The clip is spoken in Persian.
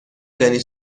دانی